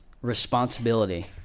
responsibility